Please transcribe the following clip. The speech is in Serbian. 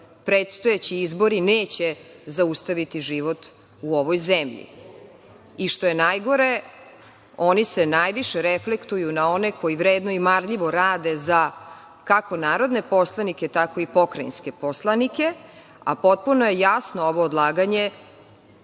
predstojeći izbori neće zaustaviti život u ovoj zemlji i, što je najgore, oni se najviše reflektuju na one koji vredno i marljivo rade, kako za narodne poslanike, tako i pokrajinske poslanike, a potpuno je jasno da je ovo odlaganje